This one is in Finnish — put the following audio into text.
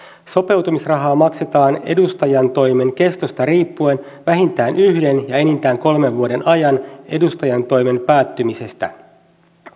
sopeutumisrahaa maksetaan edustajantoimen kestosta riippuen vähintään yhden ja enintään kolmen vuoden ajan edustajantoimen päättymisestä